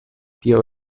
tio